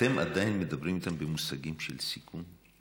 אתם עדיין מדברים איתם במושגים של סיכון?